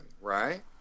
right